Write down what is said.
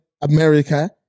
America